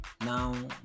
now